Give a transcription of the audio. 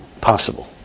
possible